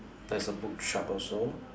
there's a bookshop also